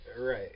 Right